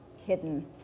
hidden